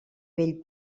vell